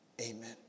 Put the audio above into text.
Amen